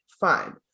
Fine